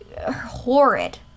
horrid